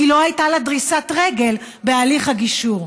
כי לא הייתה לה דריסת רגל בהליך הגישור.